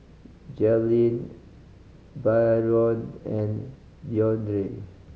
Jailyn Byron and Deondre